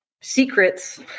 secrets